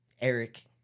Eric